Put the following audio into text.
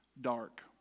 dark